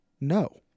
No